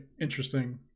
interesting